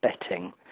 betting